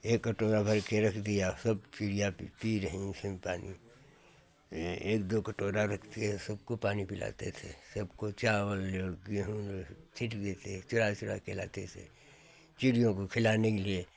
एक कटोरा भर के रख दिया सब चिड़िया पी रही उसी में पानी एक एक दो कटोरा रखते थे सबको पानी पिलाते थे सबको चावल जो गेहूं दे चिड़िया के चुरा चुरा के लाते थे चिड़ियों को खिलाने के लिए